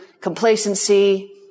complacency